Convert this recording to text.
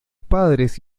padres